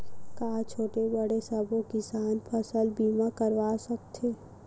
का छोटे बड़े सबो किसान फसल बीमा करवा सकथे?